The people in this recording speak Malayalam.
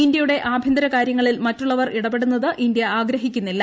ഇന്ത്യയുടെ ആഭ്യന്തര കാര്യങ്ങളിൽ മറ്റുള്ളവർ ഇടപെടുന്നത് ആഗ്രഹിക്കുന്നീല്ല